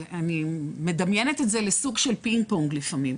אני מדמיינת את זה לסוג של פינג-פונג לפעמים.